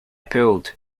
pulled